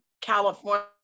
California